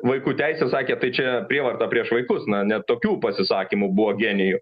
vaikų teisių sakė tai čia prievarta prieš vaikus na net tokių pasisakymų buvo genijų